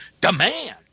demand